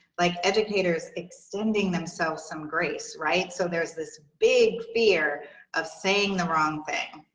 like educators extending themselves some grace right? so there's this big fear of saying the wrong thing.